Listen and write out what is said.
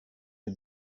you